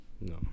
No